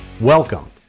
Welcome